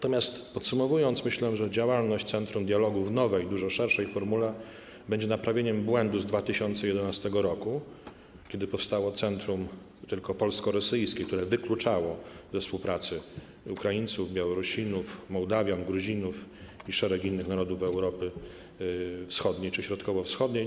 Podsumowując, myślę, że działalność Centrum Dialogu w nowej, dużo szerszej formule będzie naprawieniem błędu z 2011 r., kiedy powstało centrum tylko polsko-rosyjskie, które wykluczało ze współpracy Ukraińców, Białorusinów, Mołdawian, Gruzinów i szereg innych narodów Europy Wschodniej czy Środkowo-Wschodniej.